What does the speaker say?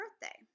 birthday